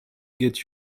get